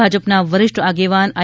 ભાજપના વરિષ્ઠ આગેવાન આઈ